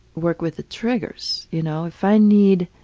work with the triggers, you know. if i need